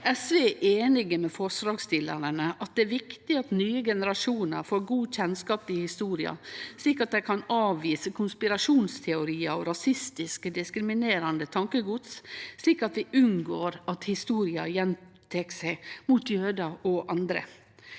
SV er einig med forslagsstillarane i at det er viktig at nye generasjonar får god kjennskap til historia, slik at dei kan avvise konspirasjonsteoriar og rasistisk, diskriminerande tankegods, og slik at vi unngår at historia gjentek seg mot jødar og andre.